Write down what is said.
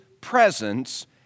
presence